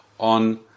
on